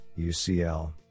UCL